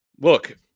look